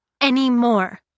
anymore